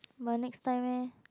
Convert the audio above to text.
but next time leh